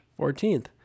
14th